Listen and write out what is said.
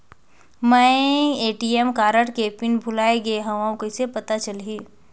मैं ATM card के PIN भुलाए गे हववं कइसे पता चलही?